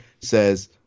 says –